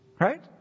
Right